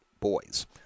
boys